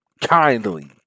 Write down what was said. kindly